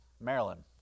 Maryland